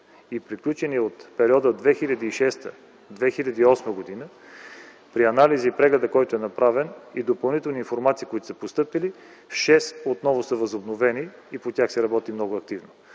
и приключени за периода 2006-2008 г. при анализа и прегледа, който е направен и допълнителни информации, които са постъпили, шест отново са възобновени и по тях се работи много активно.